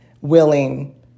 willing